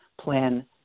plan